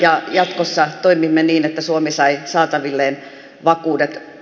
ja jatkossa toimimme niin että suomi sai saataville vakuuden